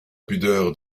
pudeur